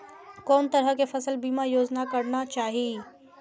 कोन तरह के फसल बीमा योजना कराना चाही?